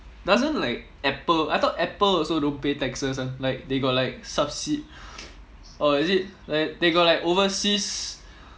doesn't like apple I thought apple also don't pay taxes [one] like they got like subsi~ oh is it like they got like overseas